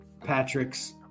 Patrick's